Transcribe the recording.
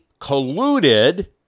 colluded